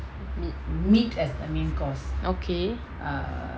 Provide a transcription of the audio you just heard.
meat okay